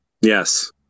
Yes